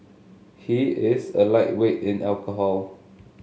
he is a lightweight in alcohol